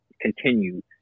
continue